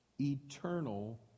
eternal